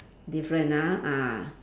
different ah ah